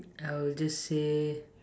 I will just say